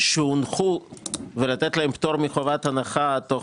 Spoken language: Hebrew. שהונחו ולתת להן פטור מחובת הנחה תוך